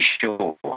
sure